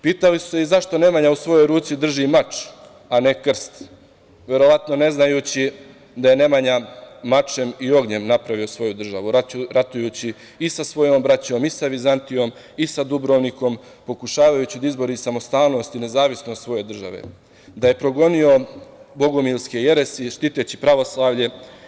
Pitali su se i zašto Nemanja u svojoj ruci drži mač, a ne krst, verovatno ne znajući da je Nemanja mačem i ognjem napravio svoju državu, ratujući i sa svojom braćom i sa Vizantijom i sa Dubrovnikom, pokušavajući da izbori samostalnost i nezavisnost svoje države, da je progonio bogumilske jeresi štiteći pravoslavlje.